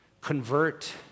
convert